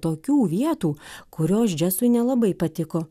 tokių vietų kurios džesui nelabai patiko